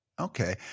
Okay